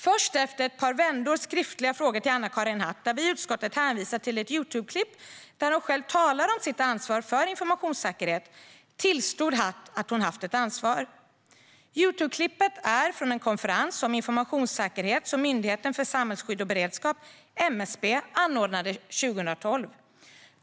Först efter ett par vändor skriftliga frågor till Anna-Karin Hatt, där vi i utskottet hänvisar till ett Youtubeklipp där hon själv talar om sitt ansvar för informationssäkerhet, tillstod Hatt att hon haft ett ansvar. Youtubeklippet är från en konferens om informationssäkerhet som Myndigheten för samhällsskydd och beredskap, MSB, anordnade 2012.